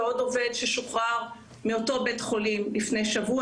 ועוד עובד ששוחרר מאותו בית חולים לפני שבוע.